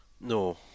No